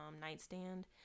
nightstand